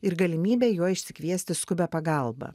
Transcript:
ir galimybę juo išsikviesti skubią pagalbą